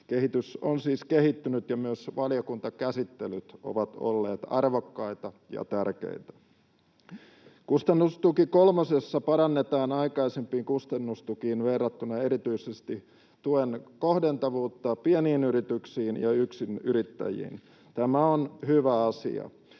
Kehitys on siis kehittynyt, ja myös valiokuntakäsittelyt ovat olleet arvokkaita ja tärkeitä. Kustannustuki kolmosessa parannetaan aikaisempiin kustannustukiin verrattuna erityisesti tuen kohdentuvuutta pieniin yrityksiin ja yksinyrittäjiin. Tämä on hyvä asia.